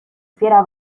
fiera